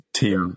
team